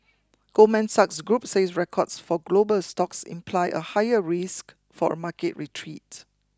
Goldman Sachs Group says records for global stocks imply a higher risk for a market retreat